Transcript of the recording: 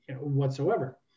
whatsoever